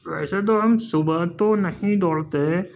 ویسے تو ہم صبح تو نہیں دوڑتے